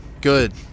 Good